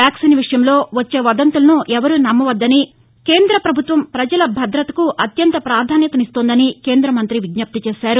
vaccine విషయంలో వచ్చే వదంతులను ఎవ్వరూ నమ్మొద్దని కేంద్ర ప్రభుత్వం పజల భద్రతకు అత్యంత ప్రాధాన్యం ఇస్తోందని కేంద్ర మంతి విజ్ఞప్తి చేశారు